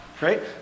Right